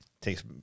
takes